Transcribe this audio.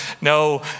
No